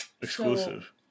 Exclusive